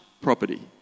property